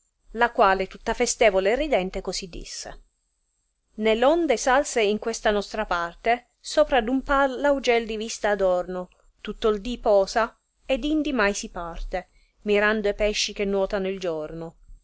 la quale tutta festevole e ridente così disse ne r onde salse in questa nostra parte sopra d un par laude di vista adorno tutto il dì posa ed indi mai si parte mirando e pesci che nuotano il giorno